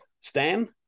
Stan